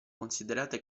considerate